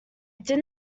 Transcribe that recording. did